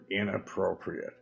inappropriate